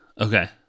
Okay